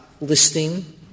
listing